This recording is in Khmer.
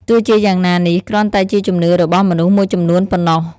ទោះជាយ៉ាងណានេះគ្រាន់តែជាជំនឿរបស់មនុស្សមួយចំនួនប៉ុណ្ណោះ។